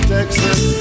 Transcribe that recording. Texas